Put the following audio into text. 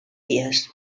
dies